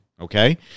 okay